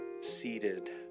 seated